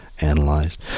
analyzed